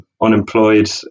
unemployed